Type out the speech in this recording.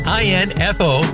info